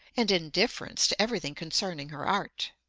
and indifference to everything concerning her art.